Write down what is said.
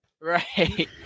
Right